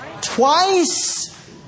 Twice